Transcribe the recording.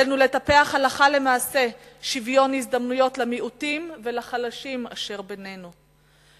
ועלינו לטפח הלכה למעשה שוויון הזדמנויות למיעוטים ולחלשים אשר בינינו.